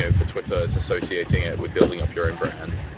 so for twitter, it's associating it with building up your own brand.